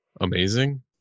amazing